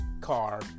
car